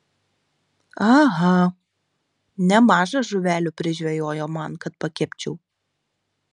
aha nemaža žuvelių prižvejojo man kad pakepčiau